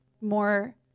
more